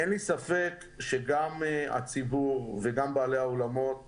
אין לי ספק שגם הציבור וגם בעלי האולמות